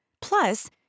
Plus